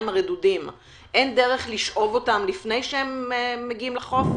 הרדודים אין דרך לשאוב לפני שהם מגיעים לחול?